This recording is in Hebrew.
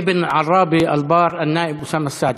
אבן עראבה אל-באר, אל-נאאב אוסאמה סעדי.